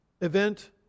event